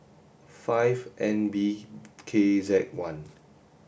five N B K Z one